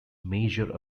major